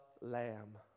Lamb